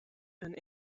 een